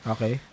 Okay